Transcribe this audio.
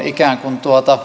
ikään kuin